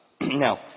Now